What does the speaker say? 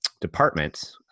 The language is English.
department